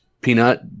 Peanut